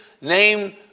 name